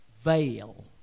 Veil